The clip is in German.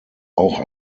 auch